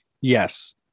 yes